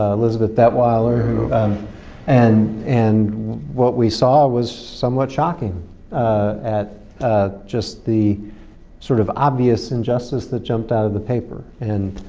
ah elizabeth detwiler um and and what we saw was somewhat shocking at ah just the sort of obvious injustice that jumped out of the paper. and